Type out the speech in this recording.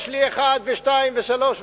יש לי אחת ושתיים ושלוש,